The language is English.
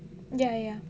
ya ya